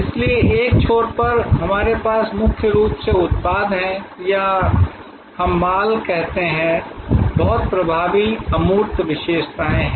इसलिए एक छोर पर हमारे पास मुख्य रूप से उत्पाद हैं या हम माल कहते हैं बहुत प्रभावी अमूर्त विशेषताएं हैं